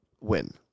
win